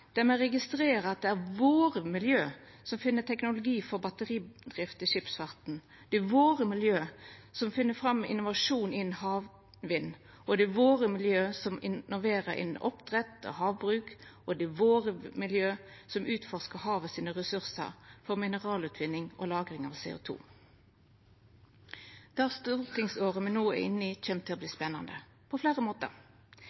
der me registrerer at det er miljøa våre som finn teknologi for batteridrift i skipsfarten, det er miljøa våre som får fram innovasjon innan havvind, det er miljøa våre som innoverer innan oppdrett og havbruk, og det er miljøa våre som utforskar havet sine ressursar for mineralutvinning og lagring av CO 2 . Det stortingsåret me no er inne i, kjem til å